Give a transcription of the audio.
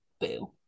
boo